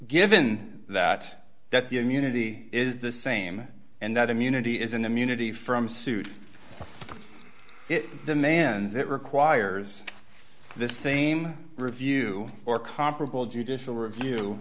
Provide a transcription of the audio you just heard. given that that the immunity is the same and that immunity is an immunity from suit demands it requires the same review or comparable judicial review